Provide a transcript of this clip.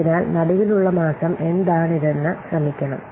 അതിനാൽ നടുവിൽ ഉള്ള മാസം എന്താണെന്നതിന് ശ്രമിക്കണം